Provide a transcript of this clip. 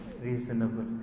Reasonable